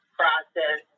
process